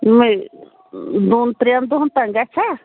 یمے دۄن ترٛٮ۪ن دۄہَن تَانۍ گژھِیٛا